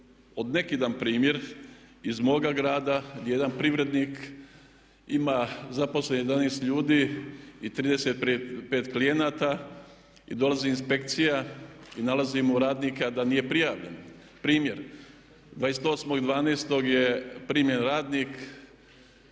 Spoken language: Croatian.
od neki dan primjer iz moga grada gdje jedan privrednik ima zaposleno 11 ljudi i 35 klijenata i dolazi inspekcija i nalazi mu radnika da nije prijavljen. Primjer 28.12. je primljen radnik,